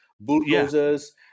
bulldozers